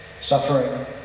suffering